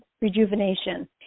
rejuvenation